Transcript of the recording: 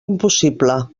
impossible